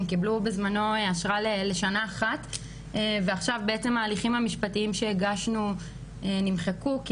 הן קיבלו בזמנו אשרה לשנה אחת ועכשיו ההליכים המשפטיים שהגשנו נמחקו כי